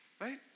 right